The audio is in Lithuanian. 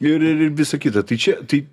ir ir ir visa kita tai čia tai